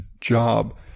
job